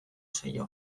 zaio